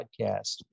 podcast